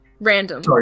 random